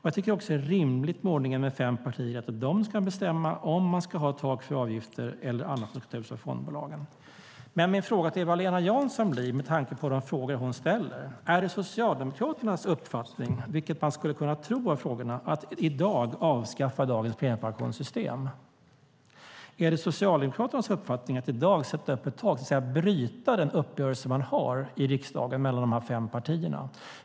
Jag tycker också att det är rimligt med ordningen med fem partier att det är de som ska bestämma om man ska ha ett tak för avgifter eller annat för fondbolagen. Min fråga till Eva-Lena Jansson blir, med tanke på de frågor hon ställer: Är det Socialdemokraternas uppfattning, vilket man skulle kunna tro av frågorna, att man i dag ska avskaffa dagens premiepensionssystem? Är det Socialdemokraternas uppfattning att i dag sätta upp ett tak, det vill säga bryta den uppgörelse man har i riksdagen mellan de fem partierna?